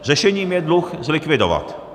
Řešením je dluh zlikvidovat.